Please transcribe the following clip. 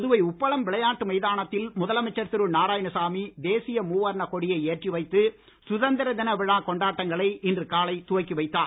புதுவை உப்பளம் விளையாட்டு மைதானத்தில் முதலமைச்சர் திரு நாராயணசாமி தேசிய மூவர்ணக் கொடியை ஏற்றி வைத்து சுதந்திர தின விழாக் கொண்டாட்டங்களை இன்று காலை துவக்கி வைத்தார்